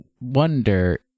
wonder